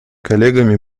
коллегами